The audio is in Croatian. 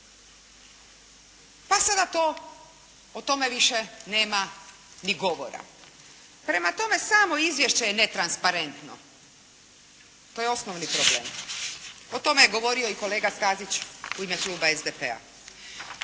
pa se na to, o tome više nema ni govora. Prema tome samo izvješće je netransparentno. To je osnovni problem. O tome je govorio i kolega Stazić u ime kluba SDP-a.